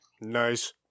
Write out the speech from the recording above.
Nice